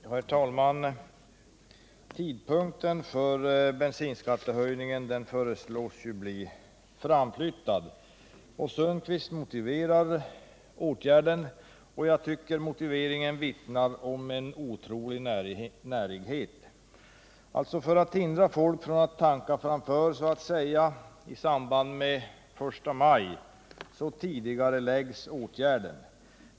Herr talman! Tidpunkten för bensinskattehöjningen föreslås bli framflyttad. Herr Sundkvist motiverade åtgärden, men jag tycker att motiveringen vittnar om en otrolig närighet: för att hindra folk från att tanka före och i samband med den 1 maj tidigareläggs åtgärden!